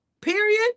Period